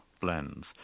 blends